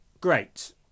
Great